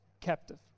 captive